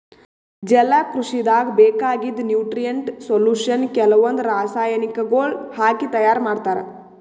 ಜಲಕೃಷಿದಾಗ್ ಬೇಕಾಗಿದ್ದ್ nutrient solution ಕೆಲವಂದ್ ರಾಸಾಯನಿಕಗೊಳ್ ಹಾಕಿ ತೈಯಾರ್ ಮಾಡ್ತರ್